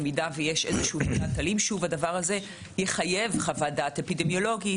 כשהדבר הזה יחייב חוות דעת אפידמיולוגית,